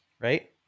Right